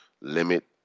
Limit